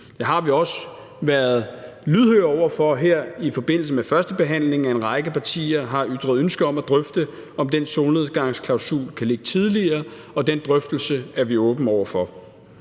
førstebehandlingen været lydhøre over for, at en række partier har ytret ønske om at drøfte, om den solnedgangsklausul kan ligge tidligere, og den drøftelse er vi åbne over for.